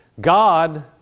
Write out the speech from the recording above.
God